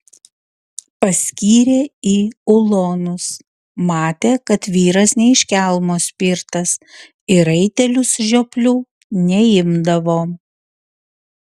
paskyrė į ulonus matė kad vyras ne iš kelmo spirtas į raitelius žioplių neimdavo